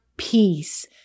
Peace